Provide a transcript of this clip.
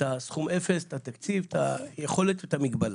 סכום 0, את התקציב, את היכולת, את המגבלה.